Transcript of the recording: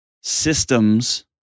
systems